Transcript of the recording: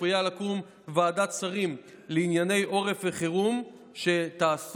צפויה לקום ועדת שרים לענייני עורף וחירום שתעסוק